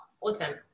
awesome